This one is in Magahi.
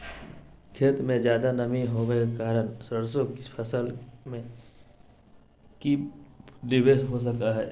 खेत में ज्यादा नमी होबे के कारण सरसों की फसल में की निवेस हो सको हय?